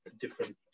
different